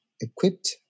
equipped